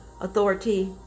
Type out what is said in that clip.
authority